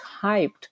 hyped